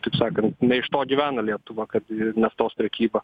taip sakant ne iš to gyvena lietuva kad naftos prekyba